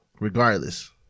Regardless